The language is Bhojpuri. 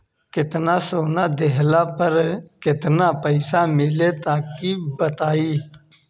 केतना सोना देहला पर केतना पईसा मिली तनि बताई?